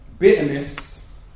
Bitterness